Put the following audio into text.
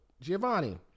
Giovanni